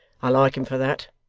i like him for that.